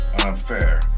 unfair